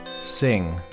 sing